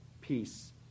peace